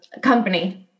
Company